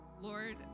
Lord